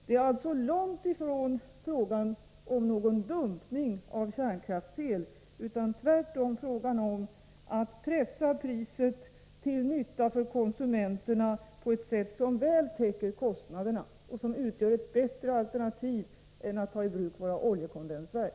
Det är alltså långt ifrån fråga om någon dumpning av kärnkraftsel, utan tvärtom fråga om att pressa priset till nytta för konsumenterna på ett sådant sätt att det väl täcker kostnaderna, och det utgör ett bättre alternativ än att man tar i bruk våra oljekondensverk.